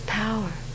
power